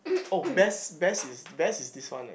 oh best best is best is this one leh